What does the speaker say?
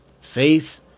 faith